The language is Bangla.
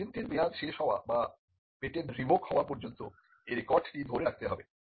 পেটেন্টের মেয়াদ শেষ হওয়া বা পেটেন্ট রিভোক হওয়া পর্যন্ত এই রেকর্ডটি ধরে রাখতে হবে